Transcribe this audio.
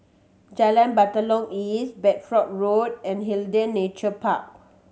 Jalan Batalong East Bedford Road and Nature Park